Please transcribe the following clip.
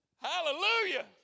Hallelujah